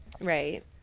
Right